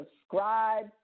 subscribe